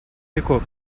веков